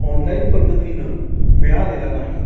online पद्धतीनं मिळालेला नाही